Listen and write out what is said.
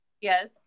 Yes